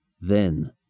Then